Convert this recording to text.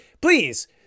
Please